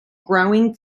growing